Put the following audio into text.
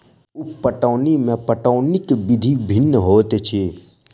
उप पटौनी मे पटौनीक विधि भिन्न होइत अछि